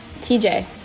TJ